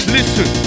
Listen